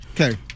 Okay